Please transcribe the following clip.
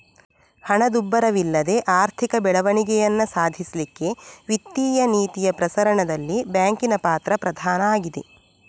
ಹಣದುಬ್ಬರವಿಲ್ಲದೆ ಆರ್ಥಿಕ ಬೆಳವಣಿಗೆಯನ್ನ ಸಾಧಿಸ್ಲಿಕ್ಕೆ ವಿತ್ತೀಯ ನೀತಿಯ ಪ್ರಸರಣದಲ್ಲಿ ಬ್ಯಾಂಕಿನ ಪಾತ್ರ ಪ್ರಧಾನ ಆಗಿದೆ